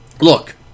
Look